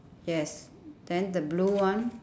yes then the blue one